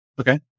okay